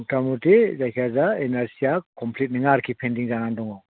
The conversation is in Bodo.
मथामथि जायखिजाया एन आर सि आ कमप्लिट नङा आरोखि पेन्दिं जानानै दङ